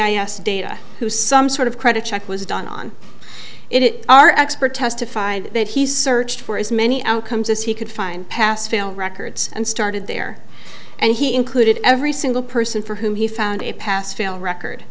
i s data who some sort of credit check was done on it our expert testified that he searched for as many outcomes as he could find pass fail records and started there and he included every single person for whom he found a pass fail record